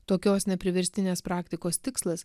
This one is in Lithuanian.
tokios nepriverstinės praktikos tikslas